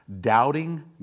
Doubting